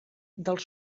dels